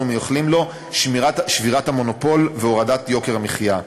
מייחלים לו: שבירת המונופול והורדת יוקר המחיה.